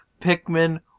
Pikmin